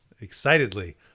excitedly